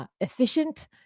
efficient